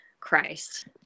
christ